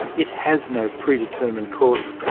it has no predetermined course.